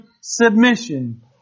submission